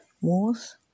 wars